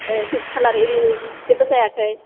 ए डिसकालार एरि जेबो जायाखै